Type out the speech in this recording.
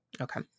Okay